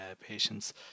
patients